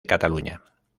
cataluña